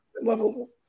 level